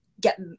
get